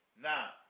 Now